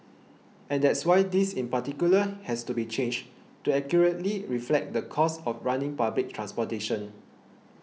and that's why this in particular has to be changed to accurately reflect the cost of running public transportation